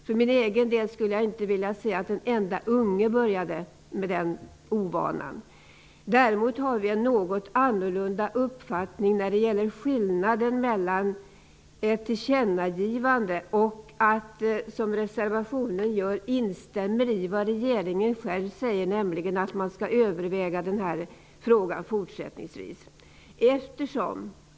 För min egen del skulle jag inte vilja se att en enda unge började med den ovanan. Däremot har vi en något annorlunda uppfattning när det gäller skillnaden mellan att göra ett tillkännagivande och att, som vi gör i reservationen, instämma i vad regeringen säger, nämligen att frågan fortsättningsvis skall övervägas.